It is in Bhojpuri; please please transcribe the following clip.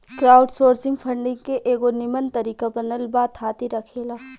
क्राउडसोर्सिंग फंडिंग के एगो निमन तरीका बनल बा थाती रखेला